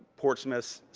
portsmouth,